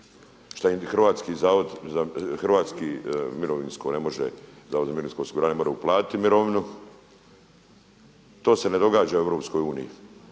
ne može, Zavod za mirovinsko osiguranje ne mora uplatiti mirovinu. To se ne događa u EU.